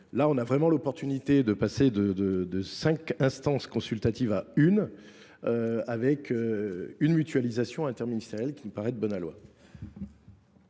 Nous avons là l’opportunité de passer de cinq instances consultatives à une, grâce à une mutualisation interministérielle qui me paraît de bon aloi.